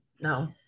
no